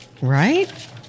Right